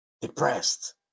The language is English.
depressed